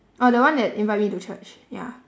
oh the one that invite me to church ya